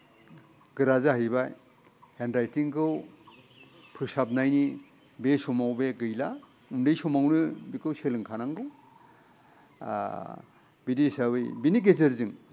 गोरा जाहैबाय हेन्ड राइथिंखौ फोसाबनायनि बे समाव बे गैला उन्दै समावनो बेखौ सोलों खानांगौ बिदि हिसाबै बिनि गेजेरजों